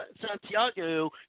Santiago